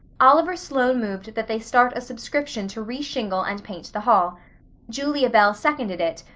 oliver sloane moved that they start a subscription to re-shingle and paint the hall julia bell seconded it,